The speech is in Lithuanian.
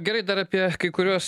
gerai dar apie kai kuriuos